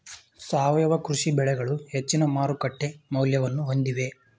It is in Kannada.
ಸಾವಯವ ಕೃಷಿ ಬೆಳೆಗಳು ಹೆಚ್ಚಿನ ಮಾರುಕಟ್ಟೆ ಮೌಲ್ಯವನ್ನು ಹೊಂದಿವೆ